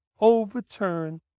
overturn